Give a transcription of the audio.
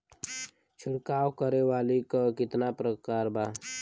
छिड़काव करे वाली क कितना प्रकार बा?